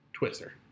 Twister